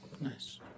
nice